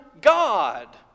God